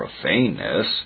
profaneness